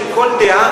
בשל כל דעה,